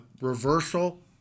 reversal